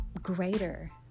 greater